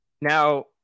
Now